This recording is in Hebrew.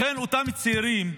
לכן אותם צעירים,